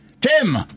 Tim